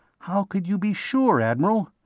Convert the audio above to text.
how could you be sure, admiral?